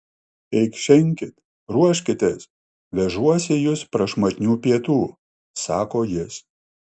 eikšenkit ruoškitės vežuosi jus prašmatnių pietų sako jis